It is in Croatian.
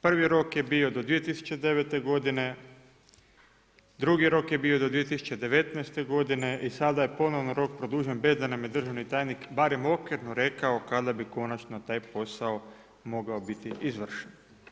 Prvi rok je bio do 2009. godine, drugi rok je bio do 2019. godine i sada je ponovno rok produžen bez da nam je državni tajnik barem okvirno rekao kada bi konačno taj posao mogao biti izvršen.